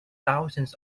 thousands